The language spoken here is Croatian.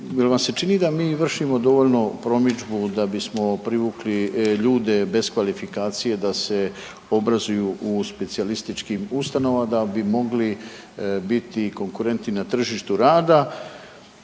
vršimo dovoljno promidžbu da bismo privukli ljude bez kvalifikacije da se obrazuju u specijalističkim ustanovama da bi mogli biti konkurentni na tržištu rada